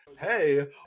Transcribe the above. hey